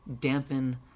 dampen